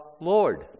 Lord